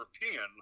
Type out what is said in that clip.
European